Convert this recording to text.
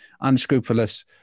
unscrupulous